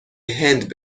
هند